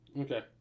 Okay